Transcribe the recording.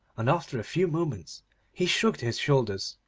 and after a few moments he shrugged his shoulders,